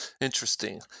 Interesting